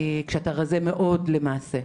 וכשאתה רזה מאוד למעשה.